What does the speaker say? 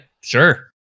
Sure